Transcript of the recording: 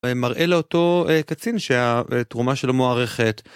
מראה לאותו קצין שהתרומה שלו מוערכת.